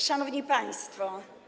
Szanowni Państwo!